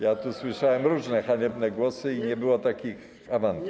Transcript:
Ja tu słyszałem różne haniebne głosy i nie było takich awantur.